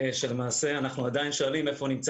שלמעשה אנחנו עדיין שואלים איפה נמצא